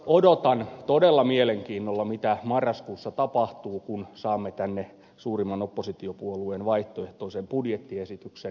odotan todella mielenkiinnolla mitä marraskuussa tapahtuu kun saamme tänne suurimman oppositiopuolueen vaihtoehtoisen budjettiesityksen